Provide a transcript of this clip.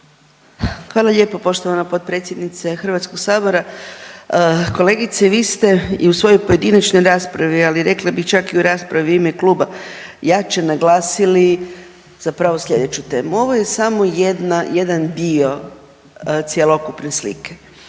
Hvala lijepo poštovana potpredsjednice HS. Kolegice vi ste i u svojoj pojedinačnoj raspravi, ali rekla bi čak i u raspravi u ime kluba jače naglasili zapravo slijedeću temu. Ovo je samo jedna, jedan dio cjelokupne slike,